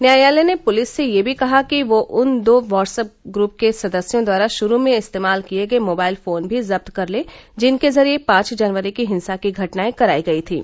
न्यायालय ने पुलिस से यह भी कहा कि वह उन दो व्हाट्स एप ग्रूप के सदस्यों द्वारा शुरू में इस्तेमाल किये गये मोबाइल फोन भी जब्त कर ले जिनके जरिये पांच जनवरी की हिंसा की घटनाएं कराई गई थीं